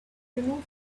removed